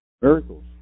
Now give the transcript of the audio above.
Miracles